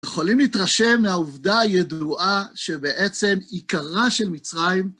יכולים להתרשם מהעובדה הידועה שבעצם עיקרה של מצרים.